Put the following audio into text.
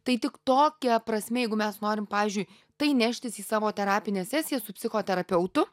tai tik tokia prasmė jeigu mes norim pavyzdžiui tai neštis į savo terapinę sesiją su psichoterapeutu